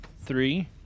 three